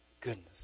Goodness